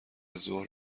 ظهر